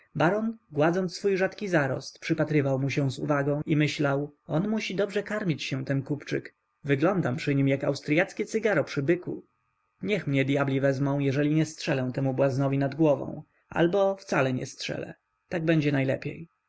gładząc swój rzadki zarost przypatrywał mu się z uwagą i myślał on musi dobrze karmić się ten kupczyk wyglądam przy nim jak austryackie cygaro przy byku niech mnie dyabli wezmą jeżeli nie strzelę temu błaznowi nad głową albo wcale nie strzelę tak będzie najlepiej